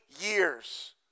years